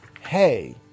hey